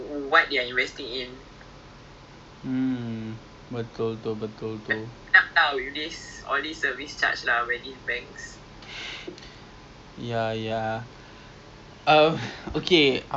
return that you get back and then also they're they're in their brochure they say they are supportive of socially responsible investing which means dia orang tak invest in a alcohol gambling pork related literary predicted of tobacco